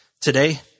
Today